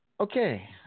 Okay